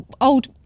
old